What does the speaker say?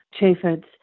Chaffetz